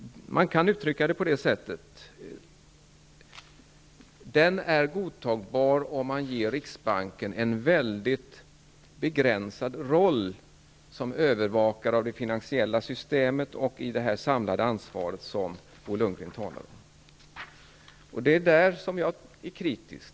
Man kan uttrycka det på det sättet. Den är godtagbar om man ger riksbanken en mycket begränsad roll som övervakare av det finansiella systemet i det samlade ansvar som Bo Lundgren talade om. Det är där jag är kritisk.